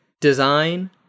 design